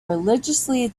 religiously